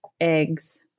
eggs